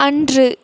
அன்று